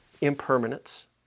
impermanence